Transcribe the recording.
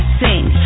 sing